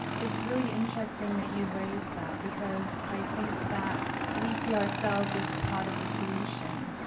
it's really interesting that you've raised that because i think that we see ourselves as part of the solution.